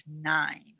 nine